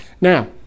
Now